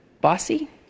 bossy